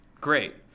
Great